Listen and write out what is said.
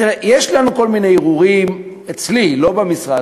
תראה, יש לנו כל מיני הרהורים, אצלי, לא במשרד.